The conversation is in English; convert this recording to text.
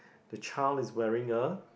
the child is wearing a